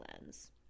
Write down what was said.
lens